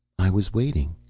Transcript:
i was waiting.